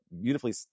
beautifully